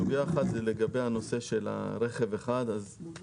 סוגיה אחת היא לגבי הנושא של רכב אחד והסכמנו.